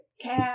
cab